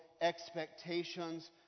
expectations